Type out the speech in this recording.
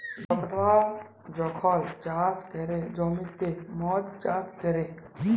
লকরা যখল চাষ ক্যরে জ্যমিতে মদ চাষ ক্যরে